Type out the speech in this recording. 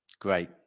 Great